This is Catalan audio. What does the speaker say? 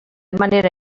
manera